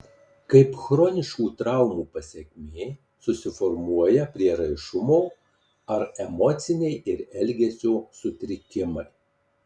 kaip chroniškų traumų pasekmė susiformuoja prieraišumo ar emociniai ir elgesio sutrikimai